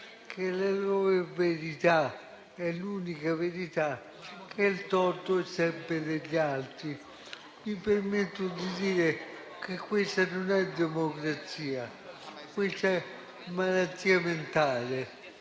che la loro verità è l'unica verità e il torto è sempre degli altri. Mi permetto di dire che questa non è democrazia. Qui c'è malattia mentale,